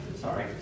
Sorry